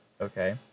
okay